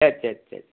சேர் சேர் சேர்